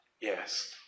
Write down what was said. Yes